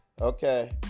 Okay